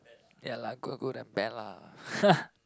ya lah good good and bad lah